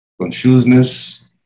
Consciousness